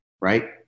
right